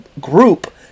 group